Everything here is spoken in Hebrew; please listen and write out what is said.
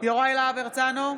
יוראי להב הרצנו,